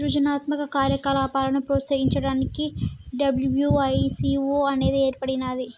సృజనాత్మక కార్యకలాపాలను ప్రోత్సహించడానికి డబ్ల్యూ.ఐ.పీ.వో అనేది ఏర్పడినాది